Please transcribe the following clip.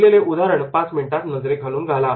दिलेले उदाहरण पाच मिनिटात नजरेखालून घाला